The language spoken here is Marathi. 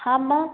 हां मं